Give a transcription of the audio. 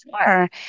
Sure